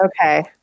Okay